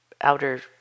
outer